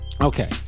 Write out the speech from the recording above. Okay